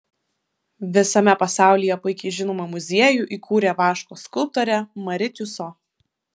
visame pasaulyje puikiai žinomą muziejų įkūrė vaško skulptorė mari tiuso